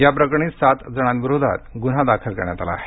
याप्रकरणी सात जणांविरोधात गुन्हा दाखल करण्यात आला आहे